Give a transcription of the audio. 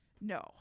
No